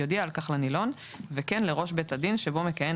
יודיע על כך לנילון וכן לראש בית הדין שבו מכהן